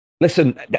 Listen